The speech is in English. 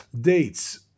dates